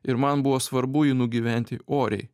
ir man buvo svarbu jį nugyventi oriai